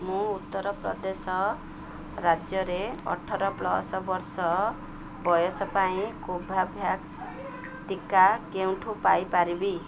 ମୁଁ ଉତ୍ତରପ୍ରଦେଶ ରାଜ୍ୟରେ ଅଠର ପ୍ଲସ୍ ବର୍ଷ ବୟସ ପାଇଁ କୋଭାଭ୍ୟାକ୍ସ ଟିକା କେଉଁଠୁ ପାଇପାରିବି